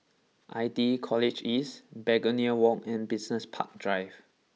I T E College East Begonia Walk and Business Park Drive